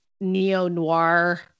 neo-noir